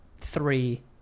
three